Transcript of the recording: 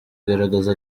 igaragaza